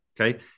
okay